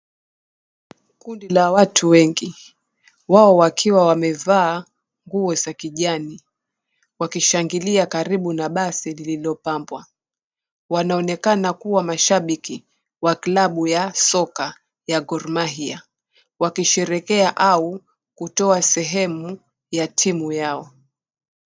Kundi la watu wengi wao wakiwa wamevaa nguo za kijani wakishangilia karibu na basi lililopambwa. Wanaonekana kuwa mashabiki wa klabu ya soka ya Gor Mahia wakisherehekea au kutoa sehemu ya timu yao.